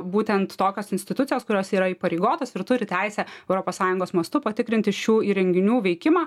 būtent tokios institucijos kurios yra įpareigotos ir turi teisę europos sąjungos mastu patikrinti šių įrenginių veikimą